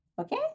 okay